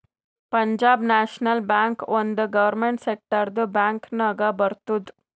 ಪಂಜಾಬ್ ನ್ಯಾಷನಲ್ ಬ್ಯಾಂಕ್ ಒಂದ್ ಗೌರ್ಮೆಂಟ್ ಸೆಕ್ಟರ್ದು ಬ್ಯಾಂಕ್ ನಾಗ್ ಬರ್ತುದ್